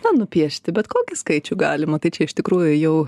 na nupiešti bet kokį skaičių galima tai čia iš tikrųjų jau